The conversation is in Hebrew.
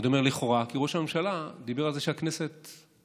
אני אומר לכאורה כי ראש הממשלה דיבר על זה שהכנסת מפריעה,